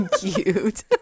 Cute